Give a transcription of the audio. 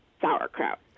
sauerkraut